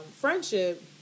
friendship